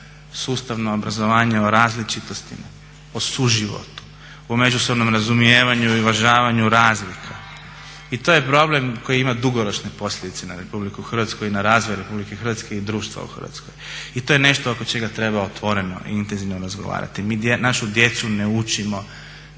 sustavno obrazovanje o različitostima, o suživotu, o međusobnom razumijevanju i uvažavanju razlika i to je problem koji ima dugoročne posljedice na RH i na razvoj RH i društvo u Hrvatskoj. I to je nešto oko čega treba otvoreno i intenzivno razgovarati. Mi našu djecu ne učimo